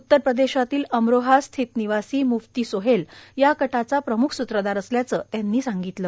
उत्तर प्रदेशातील अमरोहा स्थित निवासी मुफ्ती सोहेल या कटाचा प्रमुख सुत्रधार असल्याचं ही त्यांनी सांगितलं